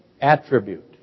attribute